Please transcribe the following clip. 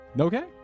Okay